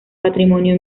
patrimonio